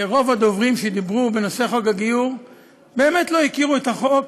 רוב הדוברים שדיברו בנושא חוק הגיור באמת לא הכירו את החוק,